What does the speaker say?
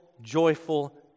joyful